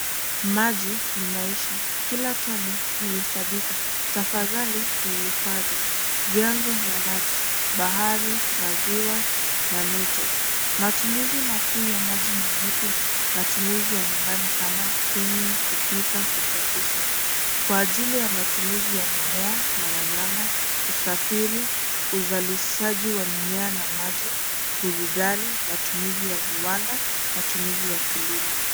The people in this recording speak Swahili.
Maji ni maisha, kila tone huhesabika tafadhali yahifadhi. Vyanzo vya maji, bahari, maziwa na mito. Matumizi makuu ya maji ni yepi ? Matumizi ya nyumbani kama kunywa, kupika , kusafisha. Kwa ajili ya matumizi ya mimea na wanyama , usafiri, uzalishaji wa mimea na maji , burudani, matumizi ya viwanda, matumizi ya kilimo.